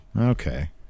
okay